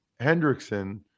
Hendrickson